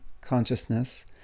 consciousness